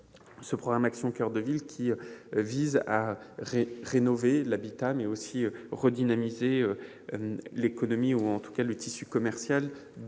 du programme « Action coeur de ville », qui vise à rénover l'habitat, mais aussi à redynamiser l'économie ou, à tout le moins, le tissu commercial